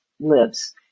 lives